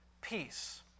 peace